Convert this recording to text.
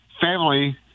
family